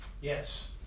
Yes